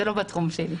זה לא בתחום שלי.